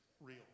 real